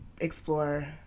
explore